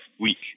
week